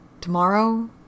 Tomorrow